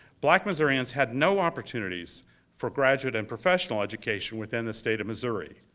black missourians had no opportunities for graduate and professional education within the state of missouri.